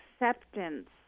acceptance